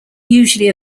usually